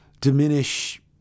diminish